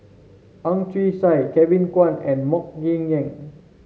Ang Chwee Chai Kevin Kwan and MoK Ying Jang